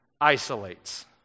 isolates